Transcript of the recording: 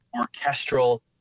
orchestral